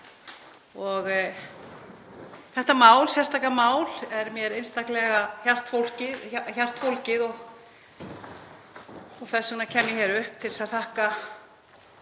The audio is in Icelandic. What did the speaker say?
Þetta mál, sérstaka mál, er mér einstaklega hjartfólgið og þess vegna kem ég hér upp til þess að þakka